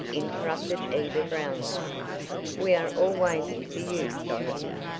interrupted eva brownlie. we are all waiting for you, dorothy.